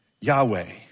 Yahweh